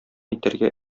итәргә